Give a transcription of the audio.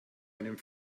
einem